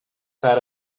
that